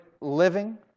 living